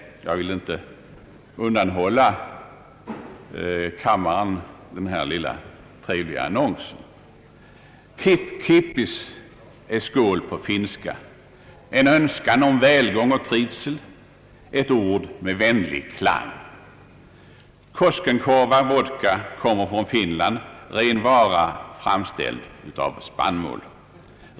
Jag vill inte undanhålla kammaren denna annons. Där heter det: »'KIPPIS” är skål på finska. En önskan om välgång och trivsel. Ett ord med vänlig klang. Koskenkorva Vodka kommer från Finland. Ren vara, framställd av spannmål.